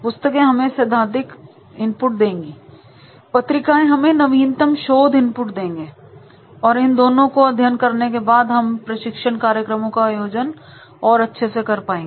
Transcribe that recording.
पुस्तके हमें सैद्धांतिक इनपुट देंगी और पत्रिकाएं हमें नवीनतम शोध इनपुट देंगे और इन दोनों को अध्ययन करने के बाद हम प्रशिक्षण कार्यक्रमों का आयोजन कर सकते हैं